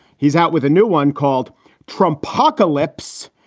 he's out with a new one called trump pocalypse,